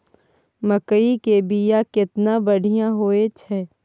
मकई के बीया केना बढ़िया होय छै?